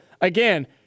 again